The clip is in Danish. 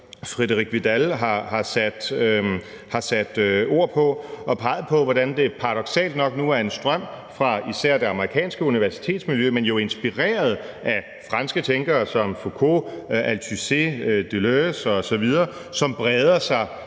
Frédérique Vidal har sat ord på og peget på, hvordan det paradoksalt nok nu er en strømning fra især det amerikanske universitetsmiljø, men jo inspireret af franske tænkere som Foucault, Althusser, Deleuze osv., som breder sig